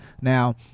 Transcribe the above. Now